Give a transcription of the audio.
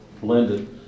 blended